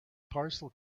parcel